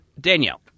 Danielle